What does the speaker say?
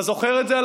אתה זוכר את זה?